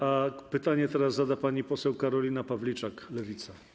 A pytanie teraz zada pani poseł Karolina Pawliczak, Lewica.